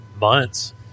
months